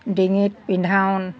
ডিঙিত পিন্ধাওঁ